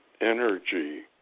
energy